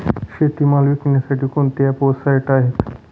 शेतीमाल विकण्यासाठी कोणते ॲप व साईट आहेत?